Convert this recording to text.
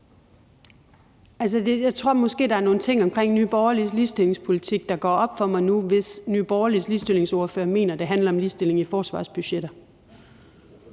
Jeg tror måske, der er nogle ting i Nye Borgerliges ligestillingspolitik, der går op for mig nu, hvis Nye Borgerliges ligestillingsordfører mener, at det handler om ligestilling i forsvarsbudgetter.